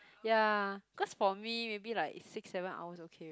ya cause for me maybe like six seven hours okay